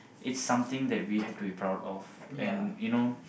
it's something that we have to be proud of and you know